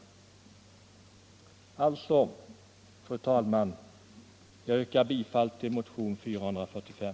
Fru talman! Jag yrkar alltså bifall till motion 445.